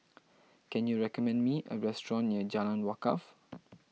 can you recommend me a restaurant near Jalan Wakaff